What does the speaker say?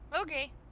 Okay